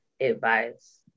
advice